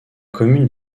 commune